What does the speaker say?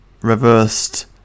reversed